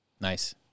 Nice